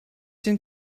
den